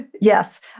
Yes